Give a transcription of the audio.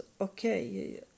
okay